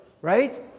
right